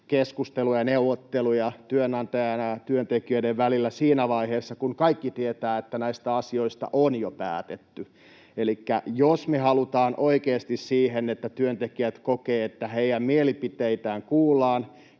keskusteluja ja neuvotteluja työnantajan ja työntekijöiden välillä siinä vaiheessa, kun kaikki tietävät, että näistä asioista on jo päätetty. Elikkä jos me halutaan oikeasti siihen, että työntekijät kokevat, että heidän mielipiteitään kuullaan,